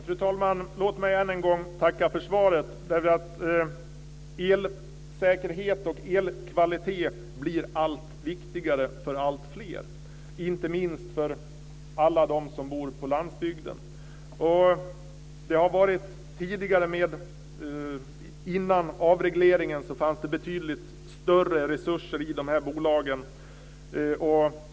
Fru talman! Låt mig än en gång tacka för svaret. Elsäkerhet och elkvalitet blir allt viktigare för alltfler, inte minst för alla dem som bor på landsbygden. Innan avregleringen fanns det betydligt större resurser i dessa bolag.